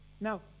Now